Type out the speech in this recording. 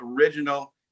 original